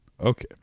Okay